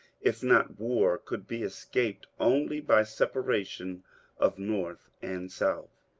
if not war, could be escaped only by separation of north and south.